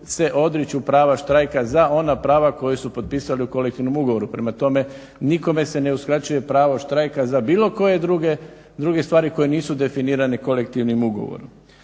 se odriču prava štrajka za ona prava koja su popisali u kolektivnom ugovoru. Prema tome, nikome se ne uskraćuje pravo štrajka za bilo koje druge stvari koje nisu definirane kolektivnim ugovorom.